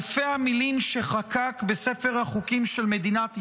אלפי המילים שחקק בספר החוקים של מדינת ישראל,